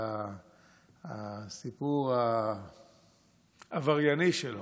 הסיפור העברייני-לאומני שלו,